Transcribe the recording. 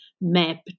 map